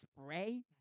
spray